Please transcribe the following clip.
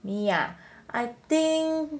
me ah I think